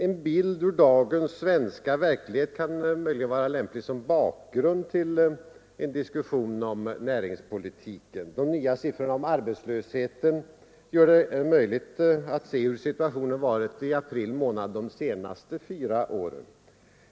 En bild av dagens verklighet kan möjligen vara lämplig som bakgrund till diskussionen om näringspolitiken. De nya siffrorna om arbetslösheten gör det möjligt att se hur situationen varit i april månad de senaste fyra åren.